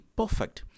perfect